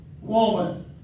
woman